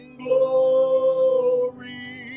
glory